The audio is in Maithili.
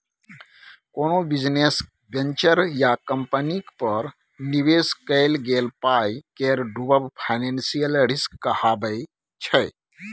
कोनो बिजनेस वेंचर या कंपनीक पर निबेश कएल गेल पाइ केर डुबब फाइनेंशियल रिस्क कहाबै छै